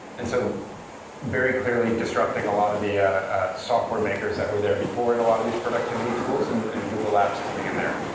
and so very clearly disrupting a lot of the software makers that were there before in a lot of these productivity tools and and google apps coming in there.